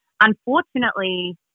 unfortunately